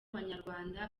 abanyarwanda